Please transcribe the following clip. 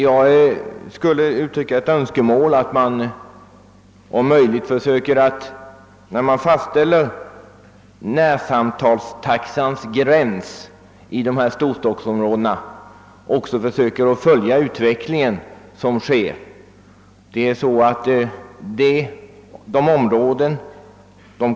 Jag vill uttrycka som ett önskemål att man också, när man fastställer närsamtalstaxans gräns i dessa storstadsområden, om möjligt försöker följa den utveckling som pågår.